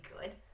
good